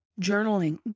journaling